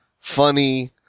funny